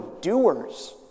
doers